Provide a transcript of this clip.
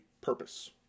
purpose